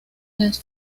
las